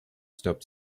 stop